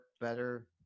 better